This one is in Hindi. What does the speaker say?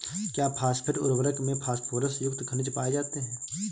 क्या फॉस्फेट उर्वरक में फास्फोरस युक्त खनिज पाए जाते हैं?